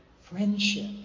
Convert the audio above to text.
friendship